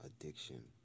addiction